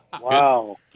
Wow